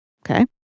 Okay